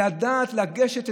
לדעת לגשת,